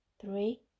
three